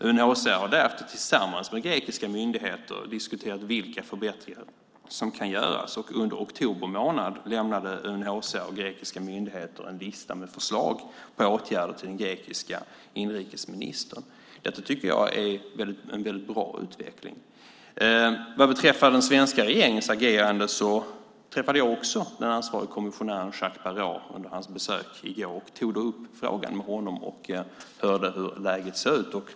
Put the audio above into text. UNHCR har därefter tillsammans med grekiska myndigheter diskuterat vilka förbättringar som kan göras. Under oktober månad lämnade UNHCR till den grekiska inrikesministern en lista med förslag med åtgärder för de grekiska myndigheterna. Detta tycker jag är en väldigt bra utveckling. När det gäller den svenska regeringens agerande träffade också jag den ansvarige kommissionären Jacques Barrot under hans besök i går. Jag tog då upp frågan med honom och hörde hur läget ser ut.